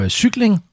cykling